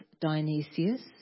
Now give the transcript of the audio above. Dionysius